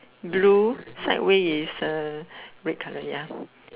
blue sideway is uh red colour ya